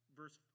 verse